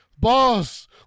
Boss